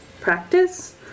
practice